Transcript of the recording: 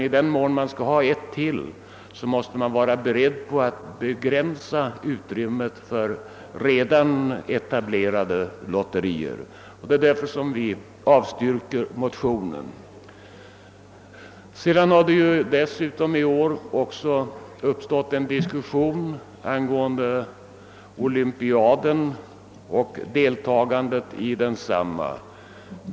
I den mån man skall ha ytterligare ett lotteri måste man vara beredd att begränsa utrymmet för redan etablerade lotterier. Därför avstyrker vi motionen. I år har dessutom uppstått diskussion angående deltagandet i olympiaden.